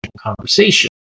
conversation